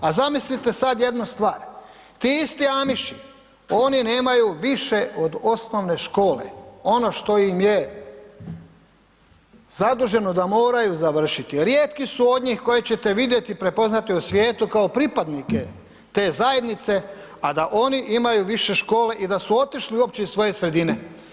A zamislite sad jednu stvar, ti isti Amiši, oni nemaju više od osnovne škole, ono što im je zaduženo da moraju završiti, rijetki su od njih koje ćete vidjeti, prepoznati u svijetu kao pripadnike te zajednice, a da oni imaju više škole i da su otišli uopće iz svoje sredine.